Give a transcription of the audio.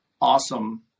awesome